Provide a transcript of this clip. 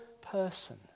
person